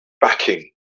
backing